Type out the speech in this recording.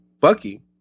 Bucky